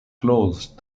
closed